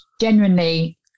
genuinely